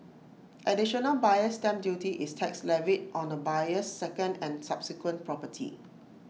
additional buyer's stamp duty is tax levied on A buyer's second and subsequent property